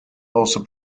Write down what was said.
also